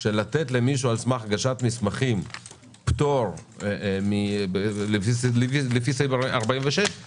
של לתת למישהו על סמך הגשת מסמכים פטור לפי סעיף 46,